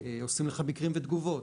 עושים לך מקרים ותגובות,